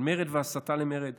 על מרד והסתה למרד,